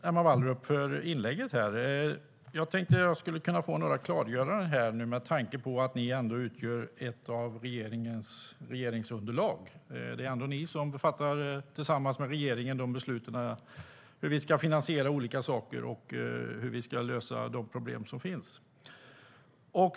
Herr talman! Tack för inlägget, Emma Wallrup! Jag tänkte att jag skulle kunna få några klargöranden, med tanke på att ni ingår i regeringsunderlaget. Det är ändå ni som tillsammans med regeringen fattar beslut om hur vi ska finansiera olika saker och lösa de problem som finns.